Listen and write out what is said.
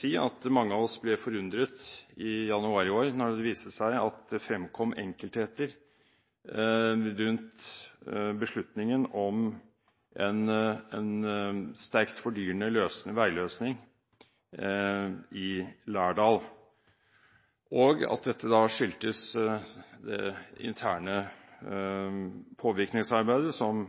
si at mange av oss ble forundret i januar i år da det fremkom enkeltheter rundt beslutningen om en sterkt fordyrende veiløsning i Lærdal, og at dette skyldtes det interne påvirkningsarbeidet som